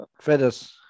Feathers